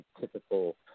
typical